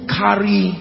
carry